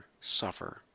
suffer